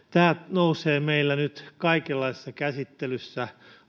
nousee meillä nyt kaikenlaisissa käsittelyissä